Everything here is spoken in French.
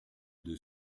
deux